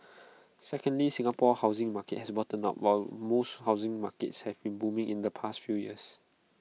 secondly Singapore's housing market has bottomed out while most housing markets have been booming in the past few years